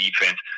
defense –